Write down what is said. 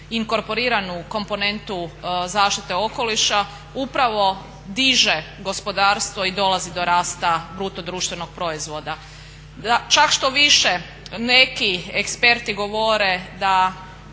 inkorporiranu komponentu zaštite okoliša upravo diže gospodarstvo i dolazi do rasta BDP-a. Čak štoviše neki eksperti govore da